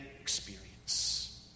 experience